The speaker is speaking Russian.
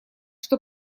что